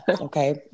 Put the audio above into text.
Okay